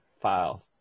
file